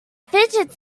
fidget